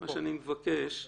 מה שאני מבקש הוא,